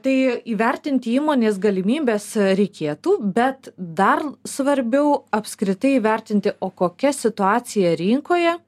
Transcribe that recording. tai įvertinti įmonės galimybes reikėtų bet dar svarbiau apskritai įvertinti o kokia situacija rinkoje